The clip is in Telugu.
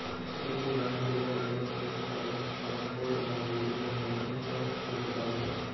దుడ్డు బ్యాంకీల్ల నిల్వ చేస్తారు కనుకో దాని ఇలువ ఇంకా పెరుగుతాది